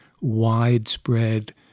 widespread